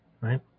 right